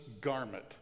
garment